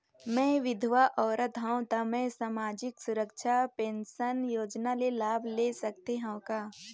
मैं विधवा औरत हवं त मै समाजिक सुरक्षा पेंशन योजना ले लाभ ले सकथे हव का?